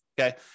okay